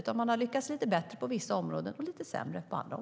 Man har lyckats lite bättre på vissa områden och lite sämre på andra.